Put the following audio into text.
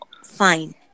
fine